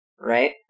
Right